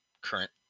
current